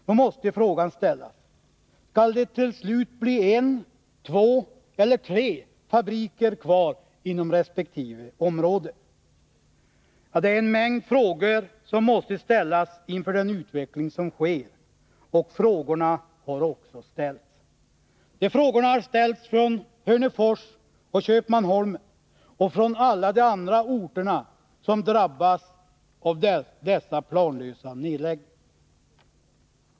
Då måste frågan ställas: Skall det till slut bli en, två eller tre fabriker kvar inom resp. område? Ja, det är en mängd frågor som måste ställas inför den utveckling som sker, och frågorna har också ställts. De frågorna har ställts från Hörnefors och Köpmanholmen och från alla de andra orter som har drabbats av dessa planlösa nedläggningar.